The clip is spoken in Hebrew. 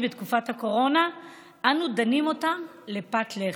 בתקופת הקורונה אנו דנים אותם לפת לחם.